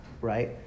right